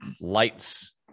lights